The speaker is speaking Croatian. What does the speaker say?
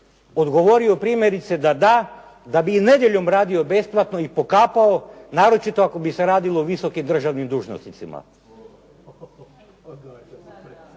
odgovorio primjerice da da, da bi i nedjeljom radio besplatno i pokapao, naročito ako bi se radilo o visokim državnim dužnosnicima.